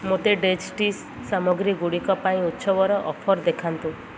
ମୋତେ ଡେଜର୍ଟ୍ସ୍ ସାମଗ୍ରୀଗୁଡ଼ିକ ପାଇଁ ଉତ୍ସବର ଅଫର୍ ଦେଖାନ୍ତୁ